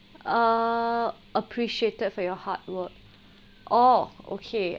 err appreciated for your hard work oh okay